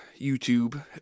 youtube